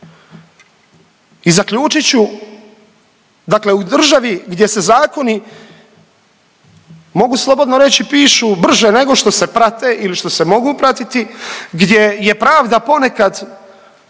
I zaključit ću, dakle u državi gdje se zakoni mogu slobodno reći pišu brže nego što se prate ili što se mogu pratiti, gdje je pravda ponekad